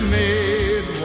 made